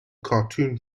cartoon